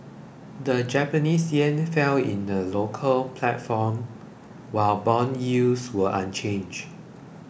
the Japanese yen fell in the local platform while bond yields were unchanged